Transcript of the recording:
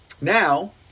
Now